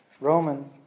Romans